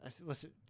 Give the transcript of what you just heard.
listen